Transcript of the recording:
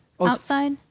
outside